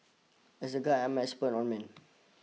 as a guy I'm an expert on men